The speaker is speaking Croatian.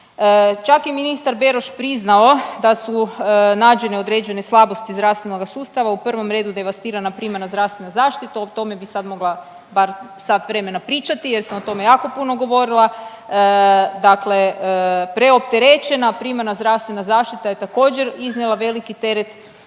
Čak je i ministar Beroš priznao da su nađene određene slabosti zdravstvenoga sustava u prvome redu devastirana primarna zdravstvena zaštita. O tome bih sad mogla bar sat vremena pričati, jer sam o tome jako puno govorila. Dakle, preopterećena primarna zdravstvena zaštita je također iznijela veliki teret